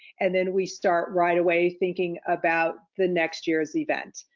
and then we start right away thinking about the next year's event.